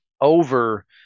over